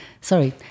Sorry